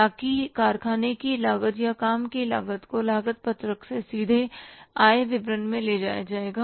ताकि कारखाने की लागत या काम की लागत को लागत पत्रक से सीधे आय विवरण में ले जाया जाएगा